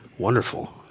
wonderful